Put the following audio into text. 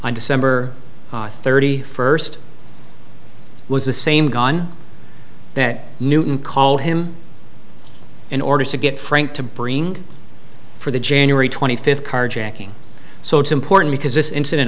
on december thirty first was the same gun that newton called him in order to get frank to bring for the january twenty fifth carjacking so it's important because this incident